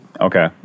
Okay